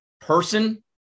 person